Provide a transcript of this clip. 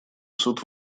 суд